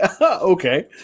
Okay